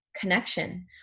connection